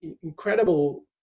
incredible